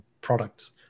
products